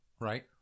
Right